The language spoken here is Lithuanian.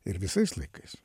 ir visais laikais